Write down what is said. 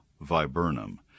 viburnum